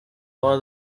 for